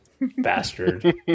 Bastard